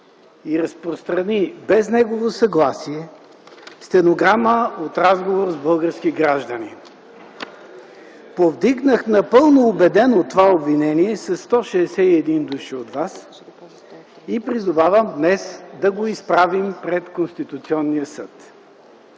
и разпространи без негово съгласие стенограма от разговор с български гражданин. Повдигнах напълно убедено това обвинение със 161 души от вас и призовавам днес да го изправим пред Конституционния съд!